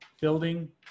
building